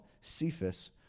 Cephas